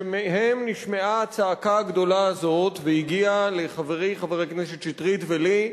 שמהם נשמעה הצעקה הגדולה הזאת והגיעה אל חברי חבר הכנסת שטרית ואלי,